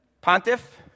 Pontiff